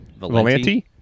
Valenti